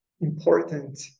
important